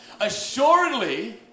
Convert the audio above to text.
Assuredly